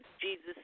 Jesus